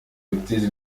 guteza